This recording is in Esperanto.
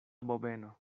bobeno